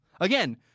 Again